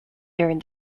during